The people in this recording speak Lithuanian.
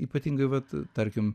ypatingai vat tarkim